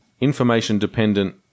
information-dependent